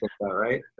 right